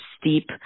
steep